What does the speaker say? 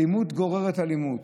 אלימות גוררת אלימות.